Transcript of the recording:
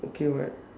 okay [what]